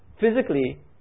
physically